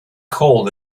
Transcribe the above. cold